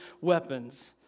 weapons